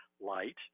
light